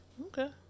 Okay